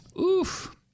Oof